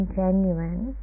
genuine